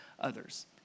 others